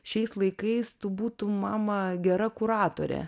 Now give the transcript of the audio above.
šiais laikais tu būtum mama gera kuratorė